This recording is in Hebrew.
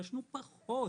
יעשנו פחות.